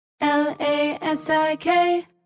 L-A-S-I-K